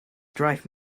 drive